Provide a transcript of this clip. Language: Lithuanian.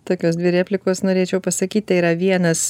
tokios dvi replikos norėčiau pasakyt tai yra vienas